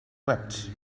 wept